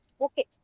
okay